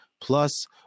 Plus